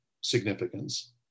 significance